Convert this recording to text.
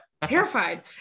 Terrified